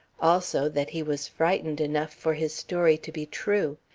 also, that he was frightened enough for his story to be true.